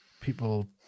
people